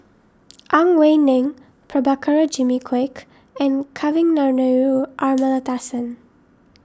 Ang Wei Neng Prabhakara Jimmy Quek and Kavignareru Amallathasan